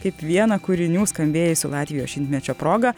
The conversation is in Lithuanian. kaip vieną kūrinių skambėjusių latvijos šimtmečio proga